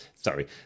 Sorry